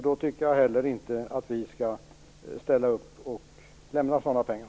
Då tycker jag heller inte att vi skall ställa upp och lämna ut sådana pengar.